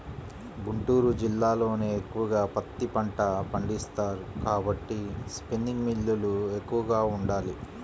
గుంటూరు జిల్లాలోనే ఎక్కువగా పత్తి పంట పండిస్తారు కాబట్టి స్పిన్నింగ్ మిల్లులు ఎక్కువగా ఉండాలి